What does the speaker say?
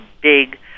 big